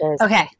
Okay